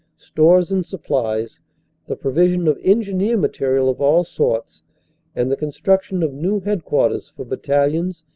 stores and supplies the provision of engineer material of all sorts and the construction of new headquarters for battalions,